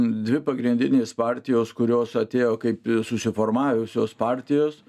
dvi pagrindinės partijos kurios atėjo kaip susiformavusios partijos